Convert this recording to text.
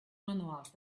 manuals